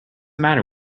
matter